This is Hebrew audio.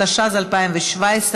התשע"ז 2017,